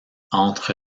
entre